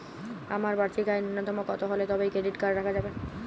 আমার বার্ষিক আয় ন্যুনতম কত হলে তবেই ক্রেডিট কার্ড রাখা যাবে?